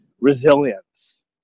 resilience